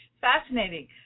Fascinating